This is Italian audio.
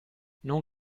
non